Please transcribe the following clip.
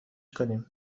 کنیم